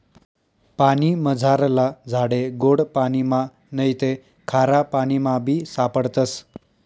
पानीमझारला झाडे गोड पाणिमा नैते खारापाणीमाबी सापडतस